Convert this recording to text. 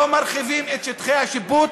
לא מרחיבים את שטחי השיפוט,